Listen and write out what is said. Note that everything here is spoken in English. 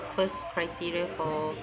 first criteria for